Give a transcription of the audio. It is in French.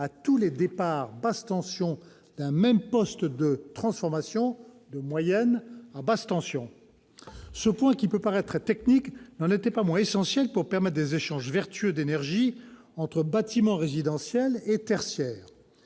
à tous les départs basse tension d'un même poste de transformation de moyenne en basse tension. Ce point, qui peut paraître très technique, n'en était pas moins essentiel pour permettre des échanges vertueux d'énergie entre bâtiments résidentiels et tertiaires.